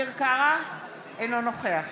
אינו נוכח